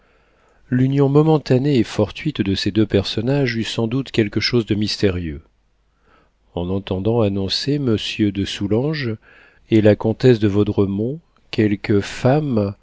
l'union momentanée et fortuite de ces deux personnages eut sans doute quelque chose de mystérieux en entendant annoncer monsieur de soulanges et la comtesse de vaudremont quelques femmes